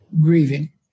grieving